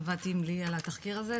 עבדתי עם לי על התחקיר הזה,